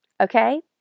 Okay